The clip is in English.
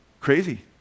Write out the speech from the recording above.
Crazy